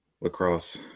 Lacrosse